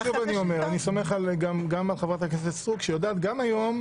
אני סומך גם על חברת הכנסת סטרוק שיודעת גם היום,